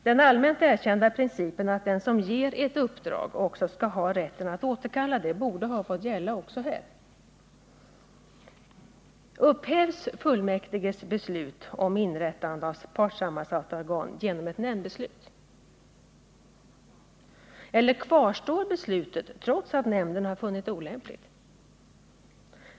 Den allmänt erkända principen att den som ger ett uppdrag också skall ha rätten att återkalla det borde ha fått gälla också här. Upphävs fullmäktiges beslut om inrättande av partssammansatta organ genom ett nämndbeslut? Eller kvarstår beslutet trots att nämnden har funnit det olämpligt?